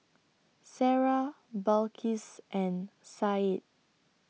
Sarah Balqis and Said